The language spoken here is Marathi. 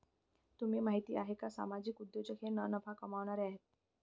तुम्हाला माहिती आहे का सामाजिक उद्योजक हे ना नफा कमावणारे आहेत